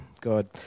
God